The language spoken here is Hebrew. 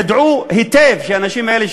ידעו היטב שהאנשים האלה,